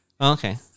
Okay